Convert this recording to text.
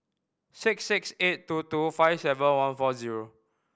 six six eight two two five seven one four zero